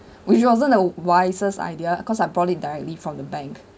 which wasn't the wisest idea cause I bought it directly from the bank